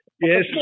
Yes